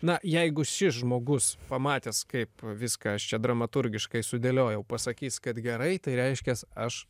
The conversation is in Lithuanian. na jeigu šis žmogus pamatęs kaip viską aš čia dramaturgiškai sudėliojau pasakys kad gerai tai reiškias aš